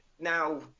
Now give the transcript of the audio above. now